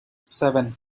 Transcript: seven